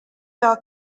are